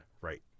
right